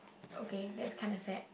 okay that's kind of sad